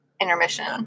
intermission